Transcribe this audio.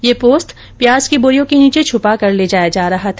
ये पोस्त प्याज की बोरियों के नीचे छुपाकर ले जाया जा रहा था